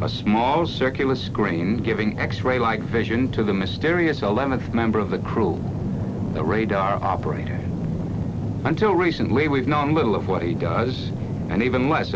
a small circular screen giving x ray like vision to the mysterious eleventh member of the crew the radar operator until recently we've known little of what he does and even less